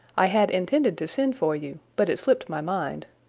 i had intended to send for you, but it slipped my mind.